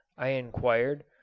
i inquired.